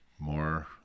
more